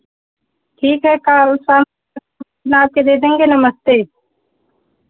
ठीक है कल शाम तक ला के दे देंगे नमस्ते